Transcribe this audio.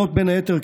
בין היתר,